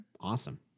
Awesome